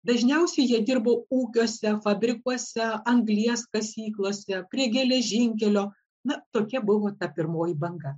dažniausiai jie dirbo ūkiuose fabrikuose anglies kasyklose prie geležinkelio na tokia buvo ta pirmoji banga